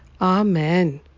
Amen